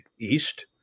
east